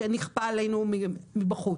שנכפה עלינו מבחוץ.